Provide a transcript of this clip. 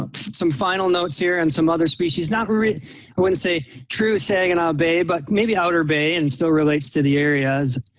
um some final notes here and some other species, not only, i wouldn't say true saginaw bay, but maybe outer bay and still relates to the area.